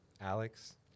alex